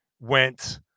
went